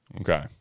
Okay